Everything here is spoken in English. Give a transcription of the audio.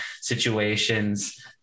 situations